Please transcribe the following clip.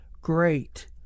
Great